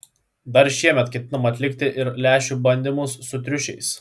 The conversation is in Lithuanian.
dar šiemet ketinama atlikti ir lęšių bandymus su triušiais